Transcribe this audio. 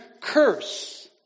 curse